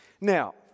Now